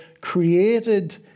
created